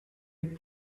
take